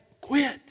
quit